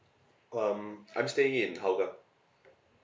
um I'm staying in hougang